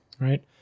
right